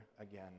again